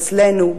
אצלנו,